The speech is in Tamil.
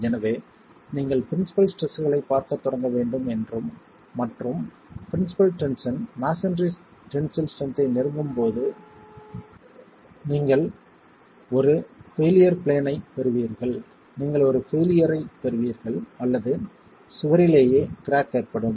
எனவே நீங்கள் பிரின்ஸிபல் ஸ்ட்ரெஸ்களைப் பார்க்கத் தொடங்க வேண்டும் மற்றும் principal tension masonry tensile strength ஐ நெருங்கும் போது நீங்கள் ஒரு பெயிலியர் பிளேன் ஐப் பெறுவீர்கள் நீங்கள் ஒரு பெயிலியர் ஐப் பெறுவீர்கள் அல்லது சுவரிலேயே கிராக் ஏற்படும்